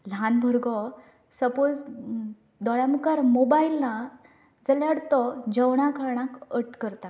ल्हान भुरगो सपोज दोळ्या मुखार मोबायल ना जाल्यार तो जेवणा खाणाक अट करता